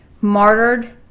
martyred